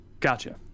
gotcha